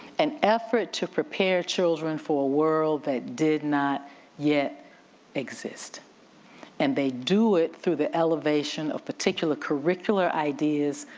an effort to prepare children for a world that did not yet exist and they do it through the elevation of particular curricular ideas.